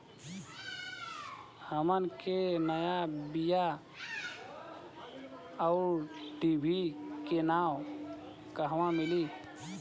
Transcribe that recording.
हमन के नया बीया आउरडिभी के नाव कहवा मीली?